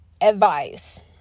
advice